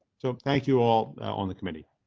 so thank you all on the committee.